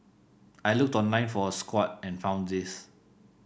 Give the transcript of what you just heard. I looked online for a squat and found this